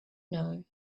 know